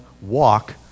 walk